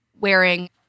wearing